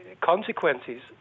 consequences